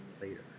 later